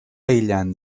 aïllant